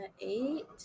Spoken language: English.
eight